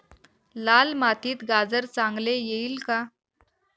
लाल मातीत गाजर चांगले येईल का?